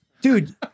Dude